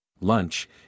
lunch